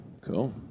Cool